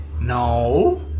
No